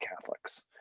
Catholics